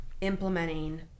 implementing